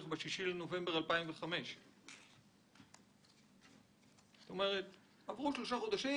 ב-6 לנובמבר 2005. רק עברו שלושה חודשים